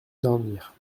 dormir